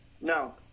no